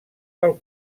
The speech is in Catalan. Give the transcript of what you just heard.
pel